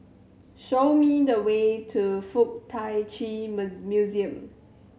show me the way to Fuk Tak Chi Museum